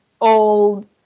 old